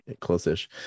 Close-ish